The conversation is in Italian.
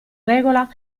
regola